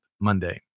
Monday